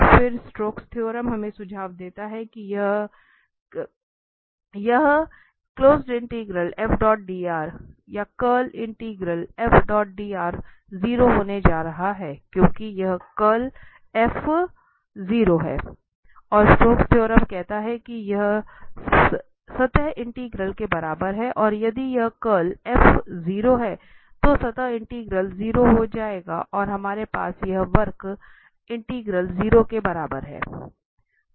फिर Stokes theorem हमें सुझाव देता है कि यह 0 होने जा रहा है क्योंकि यह कर्ल 0 है और स्टोक्स थ्योरम कहता है कि यह सतह इंटीग्रल के बराबर है और यदि यह कर्ल 0 है तो सतह इंटीग्रल 0 हो जाएगा और हमारे पास यह वक्र इंटीग्रल 0 के बराबर है